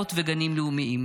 יערות וגנים לאומיים.